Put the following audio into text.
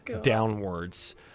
downwards